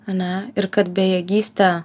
ane ir kad bejėgystę